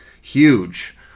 huge